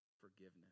forgiveness